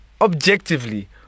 objectively